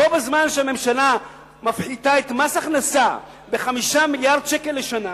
בו בזמן שהממשלה מפחיתה את מס הכנסה ב-5 מיליארדים לשנה,